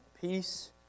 peace